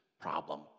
problem